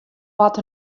wat